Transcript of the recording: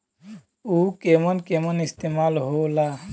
उव केमन केमन इस्तेमाल हो ला?